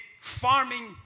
farming